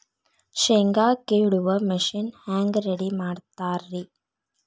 ಶೇಂಗಾ ಕೇಳುವ ಮಿಷನ್ ಹೆಂಗ್ ರೆಡಿ ಮಾಡತಾರ ರಿ?